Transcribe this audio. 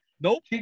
Nope